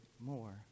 more